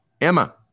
Emma